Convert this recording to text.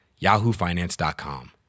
YahooFinance.com